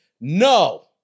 No